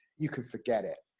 you can forget it.